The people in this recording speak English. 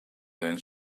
then